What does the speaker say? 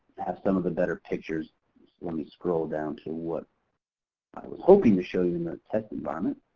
has some of the better pictures. just let me scroll down to what i was hoping to show you in that test environment.